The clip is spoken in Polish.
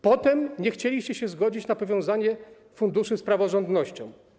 Potem nie chcieliście się zgodzić na powiązanie funduszy z praworządnością.